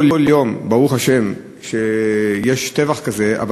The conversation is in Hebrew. ברוך השם שלא כל יום יש טבח כזה,